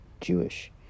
Jewish